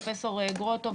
פרופ' גרוטו,